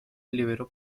liberó